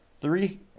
three